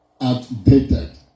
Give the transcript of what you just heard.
Outdated